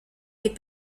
les